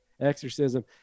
exorcism